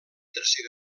tercer